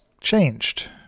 changed